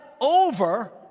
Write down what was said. over